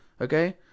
Okay